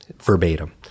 verbatim